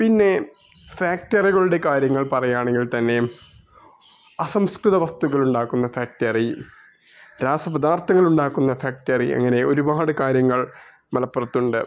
പിന്നെ ഫാക്ടറികളുടെ കാര്യങ്ങൾ പറയുകയാണെങ്കിൽ തന്നെ അസംസ്കൃത വസ്തുക്കളുണ്ടാക്കുന്ന ഫാക്ടറി രാസപദാർത്ഥങ്ങളുണ്ടാക്കുന്ന ഫാക്ടറി ഇങ്ങനെ ഒരുപാട് കാര്യങ്ങൾ മലപ്പുറത്തുണ്ട്